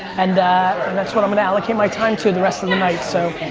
and that's what i'm gonna allocate my time to the rest of the night. so,